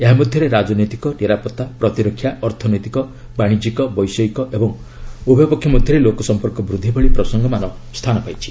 ଏହା ମଧ୍ୟରେ ରାଜନୈତିକ ନିରାପତ୍ତା ପ୍ରତିରକ୍ଷା ଅର୍ଥନୈତିକ ବାଣିଜ୍ୟିକ ବୈଷୟିକ ଏବଂ ଉଭୟ ପକ୍ଷ ମଧ୍ୟରେ ଲୋକସମ୍ପର୍କ ବୃଦ୍ଧି ଭଳି ପ୍ରସଙ୍ଗମାନ ସ୍ଥାନ ପାଇବ